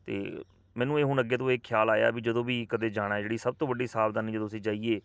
ਅਤੇ ਮੈਨੂੰ ਇਹ ਹੁਣ ਅੱਗੇ ਤੋਂ ਇਹ ਖਿਆਲ ਆਇਆ ਵੀ ਜਦੋਂ ਵੀ ਕਦੇ ਜਾਣਾ ਜਿਹੜੀ ਸਭ ਤੋਂ ਵੱਡੀ ਸਾਵਧਾਨੀ ਜਦੋਂ ਅਸੀਂ ਜਾਈਏ